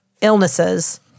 illnesses